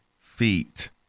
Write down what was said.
feet